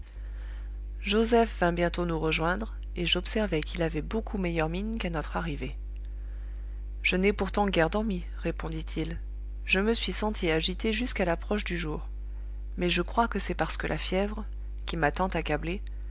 joseph vint bientôt nous rejoindre et j'observai qu'il avait beaucoup meilleure mine qu'à notre arrivée je n'ai pourtant guère dormi répondit-il je me suis senti agité jusqu'à l'approche du jour mais je crois que c'est parce que la fièvre qui m'a tant accablé